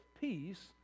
peace